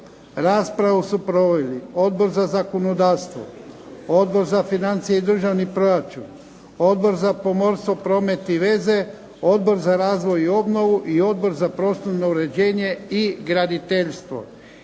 Raspravu su proveli Odbor za zakonodavstvo, Odbor za financije i državni proračun, Odbor za pomorstvo, promet i veze, Odbor za razvoj i obnovu, i Odbor za prostorno uređenje i graditeljstvo.